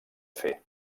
fer